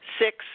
six